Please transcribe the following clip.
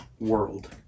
world